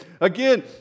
Again